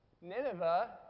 Nineveh